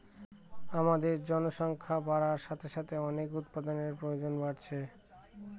আমাদের জনসংখ্যা বাড়ার সাথে সাথে অনেক উপাদানের প্রয়োজন বাড়ছে